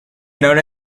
known